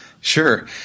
Sure